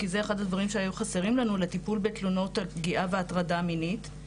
כי זה אחד הדברים שהיו חסרים לנו לטיפול בתלונות על פגיעה והטרדה מינית,